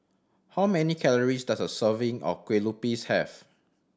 how many calories does a serving of Kueh Lupis have